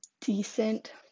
decent